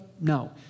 No